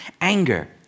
Anger